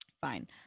Fine